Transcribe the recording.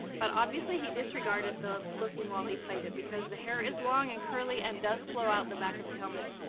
but, obviously he disregarded the looking while he played it, because the hair is long and curly, and does flow out in the back of the helmet.